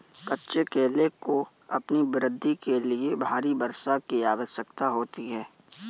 कच्चे केले को अपनी वृद्धि के लिए भारी वर्षा की आवश्यकता होती है